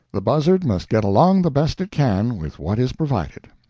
the buzzard must get along the best it can with what is provided.